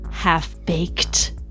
Half-baked